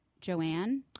Joanne